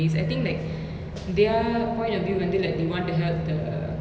because like india lah வந்து:vanthu film industry வந்து ரொம்ப:vanthu romba um like